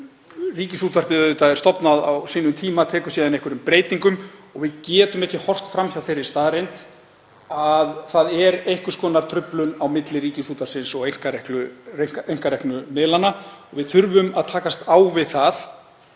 auðvitað stofnað á sínum tíma, hefur síðan tekið einhverjum breytingum og við getum ekki horft fram hjá þeirri staðreynd að það er einhvers konar truflun á milli Ríkisútvarpsins og einkareknu miðlanna. Við þurfum að takast á við það